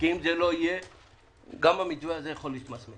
גם המתווה הזה יכול להתמסמס.